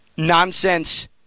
Nonsense